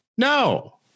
No